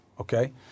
okay